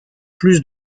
plus